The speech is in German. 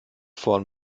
vorn